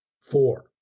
Four